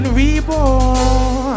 reborn